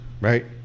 right